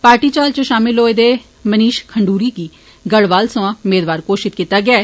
party च हाल च षामल होए दे मनीश खंडूरी गी गढ़वाल सोयां मेदवार घोशित कीता ऐ